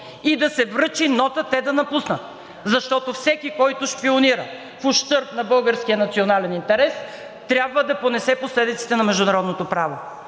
и да се връчи нота те да напуснат, защото всеки, който шпионира в ущърб на българския национален интерес, трябва да понесе последиците на международното право.